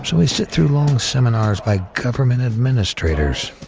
so we sit through long seminars by government administrators,